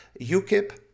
UKIP